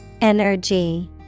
Energy